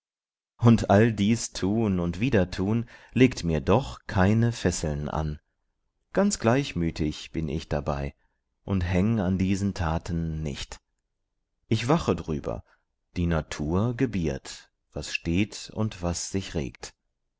und all dies tun und wieder tun legt mir doch keine fesseln an ganz gleichmütig bin ich dabei und häng an diesen taten nicht ich wache drüber die natur gebiert was steht und was sich regt